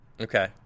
okay